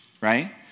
right